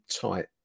tight